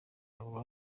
aba